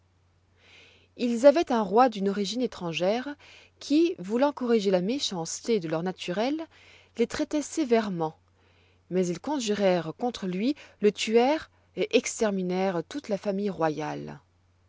ils avoient un roi d'une origine étrangère qui voulant corriger la méchanceté de leur naturel les traitoit sévèrement mais ils conjurèrent contre lui le tuèrent et exterminèrent toute la famille royale